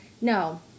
no